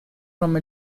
from